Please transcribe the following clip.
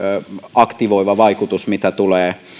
aktivoiva vaikutus mitä tulee